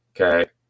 okay